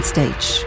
stage